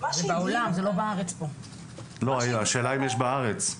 השאלה אם יש בארץ.